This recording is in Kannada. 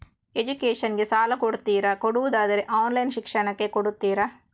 ಎಜುಕೇಶನ್ ಗೆ ಸಾಲ ಕೊಡ್ತೀರಾ, ಕೊಡುವುದಾದರೆ ಆನ್ಲೈನ್ ಶಿಕ್ಷಣಕ್ಕೆ ಕೊಡ್ತೀರಾ?